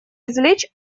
извлечь